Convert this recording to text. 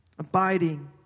Abiding